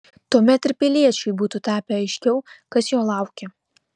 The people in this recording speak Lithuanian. tuomet ir piliečiui būtų tapę aiškiau kas jo laukia